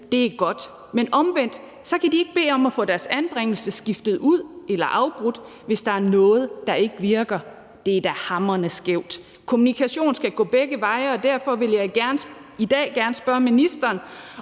Det er godt. Men omvendt kan de ikke bede om at få deres anbringelse lavet om eller afbrudt, hvis der er noget, der ikke virker. Det er da hamrende skævt. Kommunikationen skal gå begge veje, og derfor vil jeg i dag gerne spørge ministeren,